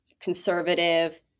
conservative